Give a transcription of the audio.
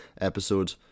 episode